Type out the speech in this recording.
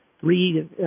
three